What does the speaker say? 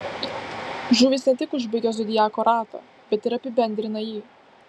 žuvys ne tik užbaigia zodiako ratą bet ir apibendrina jį